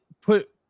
put